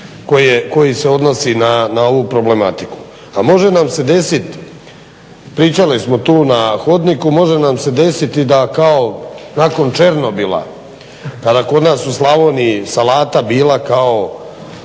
koji se odnosi na ovu problematiku. A može nam se desiti, pričali smo tu na hodniku, može nam se desiti da kao nakon Černobila kada kod nas u Slavoniji salata bila kao